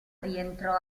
rientrò